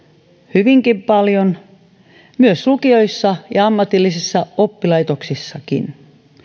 hyvinkin paljon ja myös lukioissa ja ammatillisissa oppilaitoksissakin